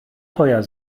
teuer